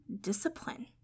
discipline